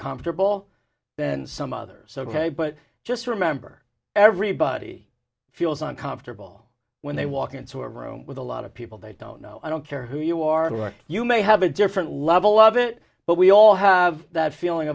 comfortable than some others but just remember everybody feels uncomfortable when they walk into a room with a lot of people they don't know i don't care who you are you may have a different level of it but we all have that feeling